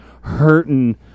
hurting